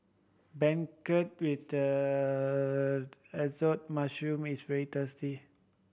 beancurd with assorted mushroom is very tasty